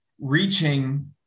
reaching